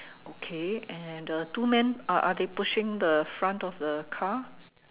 okay and the two men are are they pushing the front of the car